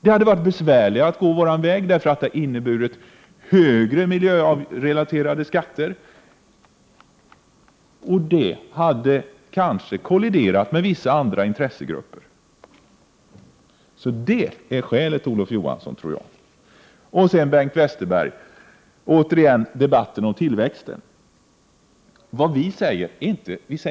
Det hade varit besvärligare att gå vår väg eftersom det hade inneburit högre miljörelaterade skatter, och det hade kanske kolliderat med vissa andra intressegrupper. Det tror jag är skälet, Olof Johansson. Bengt Westerberg tar återigen upp debatten om tillväxten. Vi säger